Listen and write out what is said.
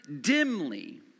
dimly